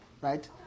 right